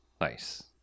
Nice